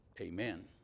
Amen